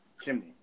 chimney